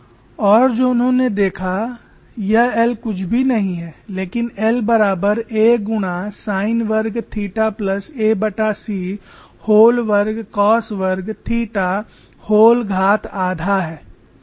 और जो उन्होंने देखा यह l कुछ भी नहीं है लेकिन l बराबर a गुणा साइन वर्ग थीटा प्लस ac व्होल वर्ग कॉस वर्ग थीटा व्होल घात आधा है